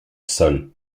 sols